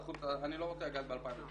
אני לא רוצה לגעת ב-2017,